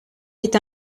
est